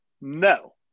No